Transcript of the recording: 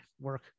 work